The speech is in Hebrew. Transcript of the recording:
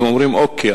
הם אומרים: אוקיי,